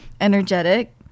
energetic